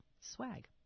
swag